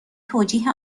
توجیه